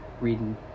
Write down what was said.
reading